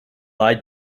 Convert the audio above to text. lied